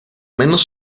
menos